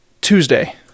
Tuesday